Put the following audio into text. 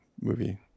movie